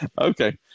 Okay